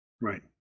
Right